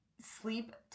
sleep